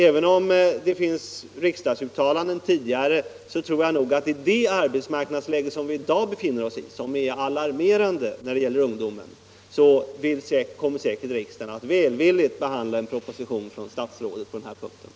Även om riksdagen tidigare har gjort vissa uttalanden tror jag att, med det arbetsmarknadsläge som vi i dag befinner oss i och som är alarmerande för ungdomens del, riksdagen säkert kommer att välvilligt behandla en proposition från statsrådet på denna punkt.